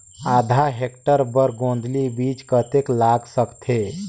आधा हेक्टेयर बर गोंदली बीच कतेक लाग सकथे?